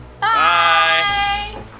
Bye